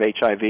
HIV